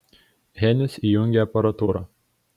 henius įjungė aparatūrą